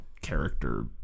character